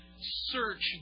search